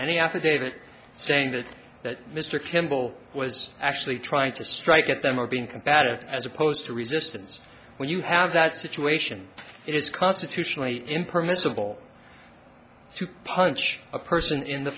any affidavit saying that that mr kimball was actually trying to strike at them or being combative as opposed to resistance when you have that situation it is constitutionally impermissible to punch a person in the